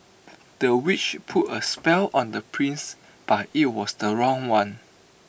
the witch put A spell on the prince but IT was the wrong one